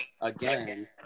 again